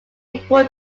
equal